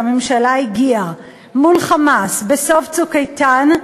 שהממשלה הגיעה מול "חמאס" בסוף "צוק איתן",